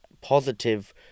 positive